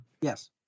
Yes